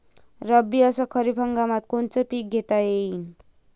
रब्बी अस खरीप हंगामात कोनचे पिकं घेता येईन?